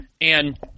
And-